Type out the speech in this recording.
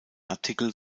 artikel